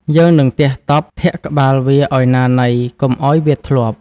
យើងនឹងទះតប់ធាក់ក្បាលវាឱ្យណាណីកុំឱ្យវាធ្លាប់។